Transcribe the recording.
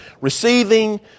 receiving